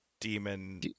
demon